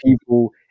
people